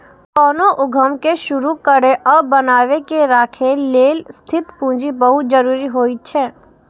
कोनो उद्यम कें शुरू करै आ बनाए के राखै लेल स्थिर पूंजी बहुत जरूरी होइ छै